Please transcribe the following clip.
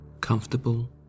Comfortable